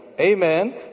amen